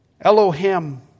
Elohim